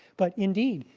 but indeed,